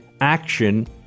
action